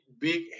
big